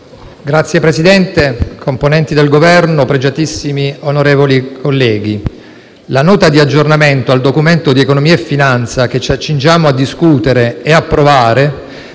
Signor Presidente, componenti del Governo, pregiatissimi onorevoli colleghi, la Nota di aggiornamento al Documento di economia e finanza che ci accingiamo a discutere e approvare